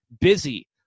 busy